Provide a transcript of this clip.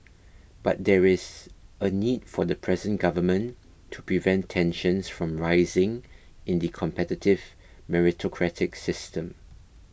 but there is a need for the present government to prevent tensions from rising in the competitive meritocratic system